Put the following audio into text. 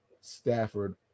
Stafford